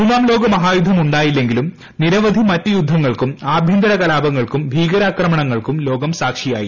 മൂന്നാം ലോകയുദ്ധമുണ്ടായില്ലെങ്കിലും നിരവധി മറ്റ് യുദ്ധങ്ങൾക്കും ആഭ്യന്തരകലാപങ്ങൾക്കും ഭീകരാക്രമണങ്ങൾ ക്കും ലോകം സാക്ഷിയായി